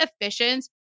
efficient